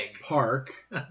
park